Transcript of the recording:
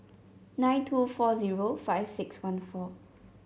nine two four zero five six one four